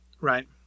Right